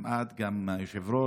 גם את, גם היושב-ראש,